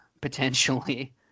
potentially